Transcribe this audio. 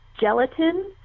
gelatin